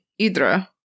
Idra